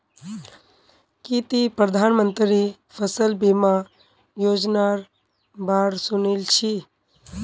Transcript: की ती प्रधानमंत्री फसल बीमा योजनार बा र सुनील छि